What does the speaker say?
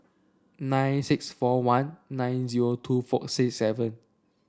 nine six four one nine zero two four six seven